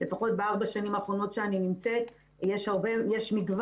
לפחות בארבע השנים האחרונות שאני נמצאת יש מגוון